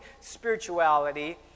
spirituality